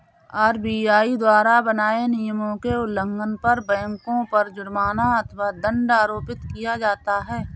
RBI द्वारा बनाए नियमों के उल्लंघन पर बैंकों पर जुर्माना अथवा दंड आरोपित किया जाता है